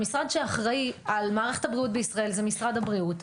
המשרד שאחראי על מערכת הבריאות בישראל זה משרד הבריאות,